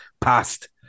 passed